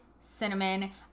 cinnamon